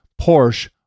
Porsche